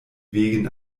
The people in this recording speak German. wegen